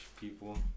people